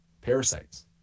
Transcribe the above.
parasites